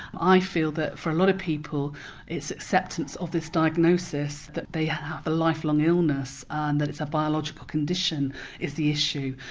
i feel that for a lot of people people it's acceptance of this diagnosis that they have a lifelong illness and that it's a biological condition is the issue.